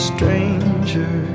Stranger